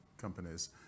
companies